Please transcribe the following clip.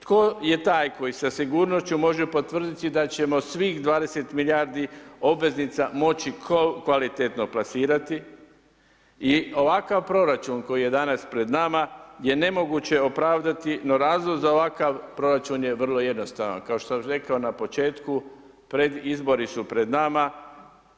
Tko je taj koji sa sigurnošću može potvrditi da ćemo svih 20 milijardi obveznica moći kvalitetno plasirati, i ovakav proračun koji je danas pred nama je nemoguće opravdati, no razlog za ovakav proračun je vrlo jednostavan, kao što sam već rekao na početku, pred izbori su pred nama